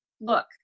look